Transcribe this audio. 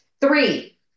Three